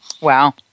Wow